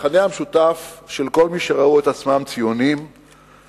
המכנה המשותף של כל מי שראו את עצמם ציונים היה